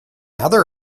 other